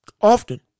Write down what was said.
Often